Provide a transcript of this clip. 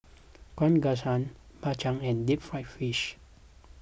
Kuih Kaswi Bak Chang and Deep Fried Fish